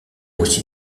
aussi